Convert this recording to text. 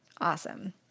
Awesome